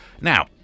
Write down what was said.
Now